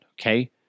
Okay